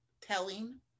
telling